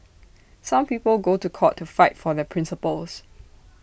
some people go to court to fight for their principles